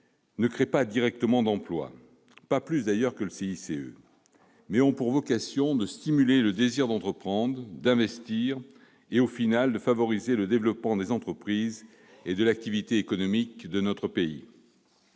certes pas directement d'emplois- pas plus, d'ailleurs, que le CICE -, mais ils ont pour vocation de stimuler le désir d'entreprendre, d'investir et, au final, de favoriser le développement des entreprises et de l'activité économique dans notre pays.